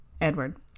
Edward